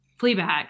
Fleabag